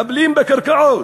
מחבלים בקרקעות,